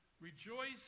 Rejoice